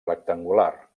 rectangular